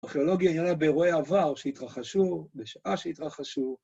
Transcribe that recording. ארכיאולוגיה נראית באירועי עבר שהתרחשו, בשעה שהתרחשו.